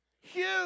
huge